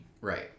Right